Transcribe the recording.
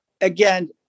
again